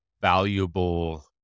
valuable